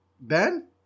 Ben